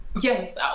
yes